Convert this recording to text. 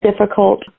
difficult